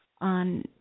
on